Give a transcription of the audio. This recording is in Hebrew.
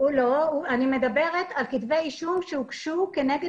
אני מדברת על כתבי אישום שהוגשו כנגד